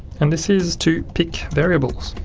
and this is to pick variables.